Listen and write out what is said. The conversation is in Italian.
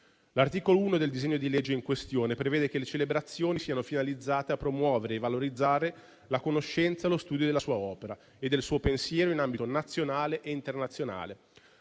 L'articolo 1 del disegno di legge in questione prevede che le celebrazioni siano finalizzate a promuovere e valorizzare la conoscenza e lo studio della sua opera e del suo pensiero in ambito nazionale e internazionale.